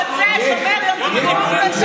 מי שרוצה, שומר יום כיפור, זה לא בחוק.